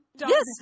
Yes